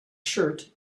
shirt